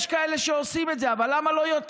יש כאלה שעושים את זה, אבל למה לא יותר?